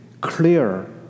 clear